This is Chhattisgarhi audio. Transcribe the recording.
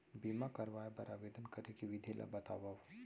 बीमा करवाय बर आवेदन करे के विधि ल बतावव?